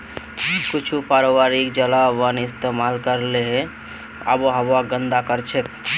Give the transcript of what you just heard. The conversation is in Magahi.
कुछू पारंपरिक जलावन इस्तेमाल करले आबोहवाक गंदा करछेक